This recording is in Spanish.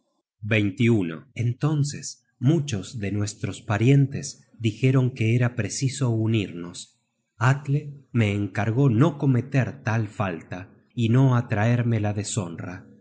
escudos entonces muchos de nuestros parientes dijeron que era preciso unirnos atle me encargó no cometer tal falta y no atraerme la deshonra